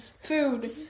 Food